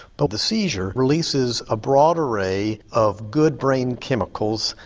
but the seizure releases a broader ray of good brain chemicals,